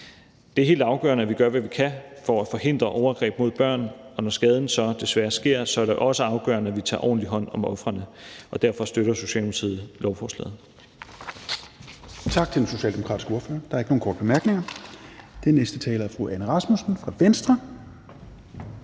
Det er helt afgørende, at vi gør, hvad vi kan, for at forhindre overgreb mod børn. Og når skaden så desværre sker, er det også afgørende, at vi tager ordentligt hånd om ofrene. Derfor støtter Socialdemokratiet lovforslaget.